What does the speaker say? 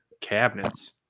cabinets